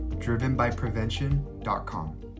drivenbyprevention.com